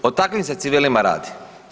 O takvim se civilima radi.